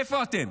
איפה אתם?